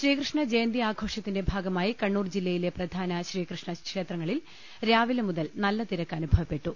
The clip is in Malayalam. ശ്രീകൃഷ്ണ ജയന്തി ആഘോഷത്തിന്റെ ഭാഗമായി കണ്ണൂർജില്ലയിലെ പ്രധാന ശ്രീകൃഷ്ണക്ഷേത്രങ്ങളിൽ രാവിലെമുതൽ നല്ല തിരക്ക് അനുഭ വപ്പെട്ടു